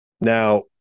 Now